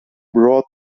broad